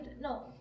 No